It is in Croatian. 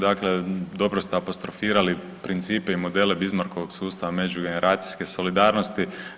Dakle, dobro ste apostrofirali principe i modele Bismarckovog sustava međugeneracijske solidarnosti.